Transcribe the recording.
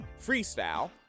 freestyle